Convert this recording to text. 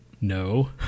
No